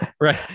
Right